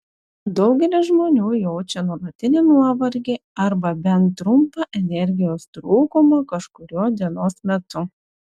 daugelis žmonių jaučia nuolatinį nuovargį arba bent trumpą energijos trūkumą kažkuriuo dienos metu